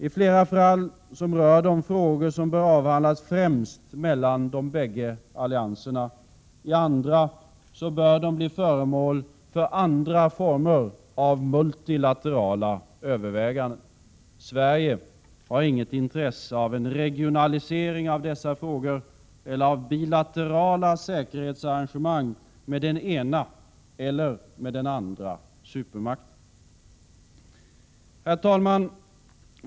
I flera fall rör förslagen frågor som bör avhandlas främst av de bägge allianserna. I andra fall bör förslagen bli föremål för andra former av multilaterala överväganden. Sverige har inget intresse av en regionalisering av dessa frågor eller av bilaterala säkerhetsarrangemang med den ena eller den andra supermakten. Herr talman!